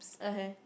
okay